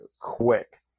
quick